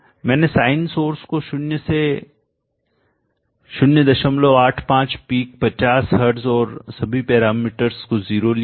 मैंने sine source को शून्य से 085 पिक 50 हर्ट्ज़ और सभी पैरामीटर्स को 0 लिया है